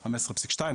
או 15.2,